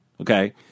Okay